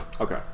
Okay